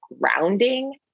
grounding